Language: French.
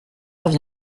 heure